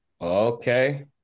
Okay